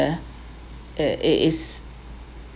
uh it is